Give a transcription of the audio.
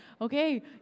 Okay